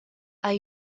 are